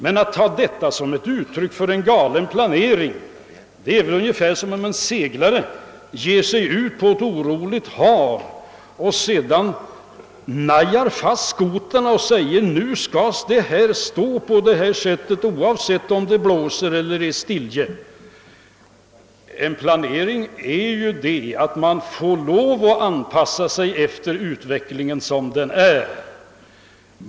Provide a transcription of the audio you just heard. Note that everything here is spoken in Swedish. Men att ta detta som ett uttryck för en felaktig planering är ungefär som att jämföra med en seglare som ger sig ut på ett oroligt hav, surrar skoten och säger att seglen skall stå där de står oavsctt om det är blåst eller stiltje. Nej, gör man en planering måste man kunna anpassa sig efter den utveckling som blir.